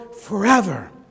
forever